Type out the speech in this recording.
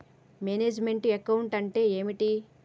Manage meant account అంటే ఏమిటి?